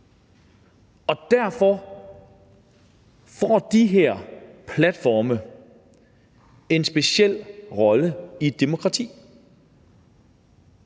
Og derfor får de her platforme en speciel rolle i det demokrati.